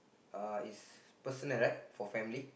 uh it's personal right for family